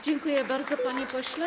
Dziękuję bardzo, panie pośle.